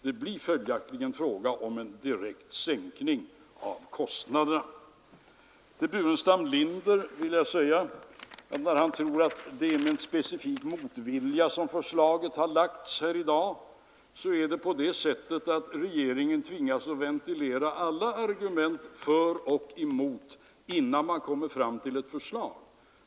Följaktligen blir det fråga om en direkt sänkning av kostnaderna. Herr Burenstam Linder tyckte att det var med specifik motvilja som vi lagt fram vårt förslag här i dag. Men i regeringen tvingas vi ju att ventilera alla argument för och emot, innan vi kommer fram till ett förslag.